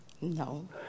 No